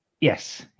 Yes